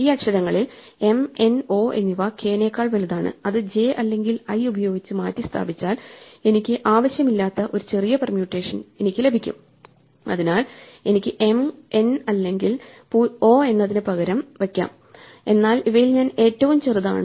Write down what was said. ഈ അക്ഷരങ്ങളിൽ mno എന്നിവ k നെക്കാൾ വലുതാണ് അത് j അല്ലെങ്കിൽ i ഉപയോഗിച്ച് മാറ്റിസ്ഥാപിച്ചാൽ എനിക്ക് ആവശ്യമില്ലാത്ത ഒരു ചെറിയ പെർമ്യൂട്ടേഷൻ എനിക്ക് ലഭിക്കും അതിനാൽ എനിക്ക് mn അല്ലെങ്കിൽ o എന്ന് പകരം വയ്ക്കാം എന്നാൽ ഇവയിൽ ഞാൻ ഏറ്റവും ചെറുതാണ് m